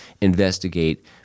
investigate